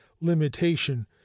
limitation